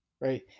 right